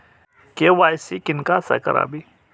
KYC किनका से कराबी?